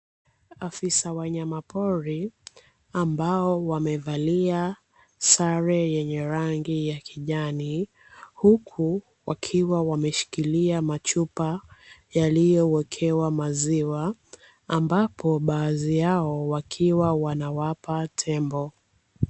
Afisa wa wanyama pori ambao wamevalia sare yenye rangi ya kijani, huku wakiwa wameshikilia machupa yaliyowekewa maziwa ambapo baadhi yao wakiwa wanawapa tembo.